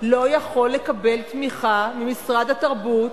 לא יכול לקבל תמיכה ממשרד התרבות,